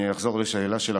אני אחזור לשאלה שלך,